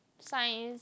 science